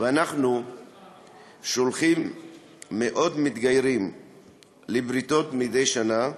ואנחנו שולחים מאות מתגיירים לבריתות מדי שנה.